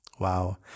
Wow